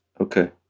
Okay